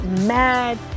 mad